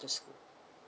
school